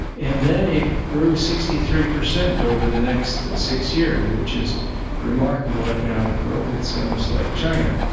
and then it grew sixty three per cent over the next six years, which is remarkable economic growth. it's almost like china.